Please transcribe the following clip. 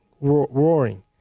roaring